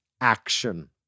action